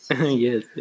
Yes